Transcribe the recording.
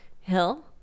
Hill